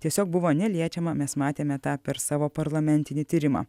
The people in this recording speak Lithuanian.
tiesiog buvo neliečiama mes matėme tą per savo parlamentinį tyrimą